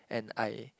and I